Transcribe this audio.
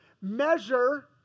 measure